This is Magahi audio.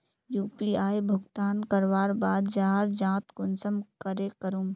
यु.पी.आई भुगतान करवार बाद वहार जाँच कुंसम करे करूम?